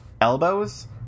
elbows